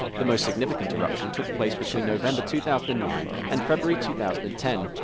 the most significant eruption took place between november two thousand and nine and february two thousand and ten,